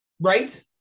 right